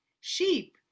Sheep